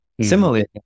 Similarly